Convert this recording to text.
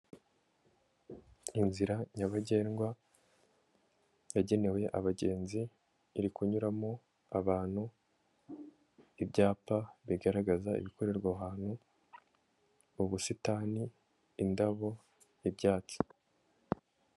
Inzira nyabagendwa yagenewe abagenzi iri kunyuramo abantu, ibyapa bigaragaza ibikorerwa ahantu ubusitani, indabo n'ibyatsi.